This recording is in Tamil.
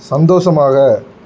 சந்தோஷமாக